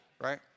right